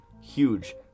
huge